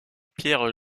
pierre